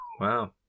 wow